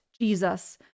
Jesus